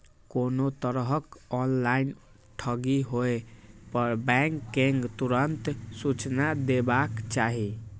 कोनो तरहक ऑनलाइन ठगी होय पर बैंक कें तुरंत सूचना देबाक चाही